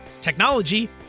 technology